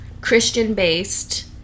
Christian-based